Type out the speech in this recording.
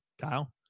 Kyle